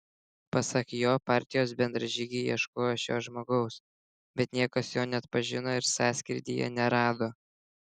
pasak jo partijos bendražygiai ieškojo šio žmogaus bet niekas jo neatpažino ir sąskrydyje nerado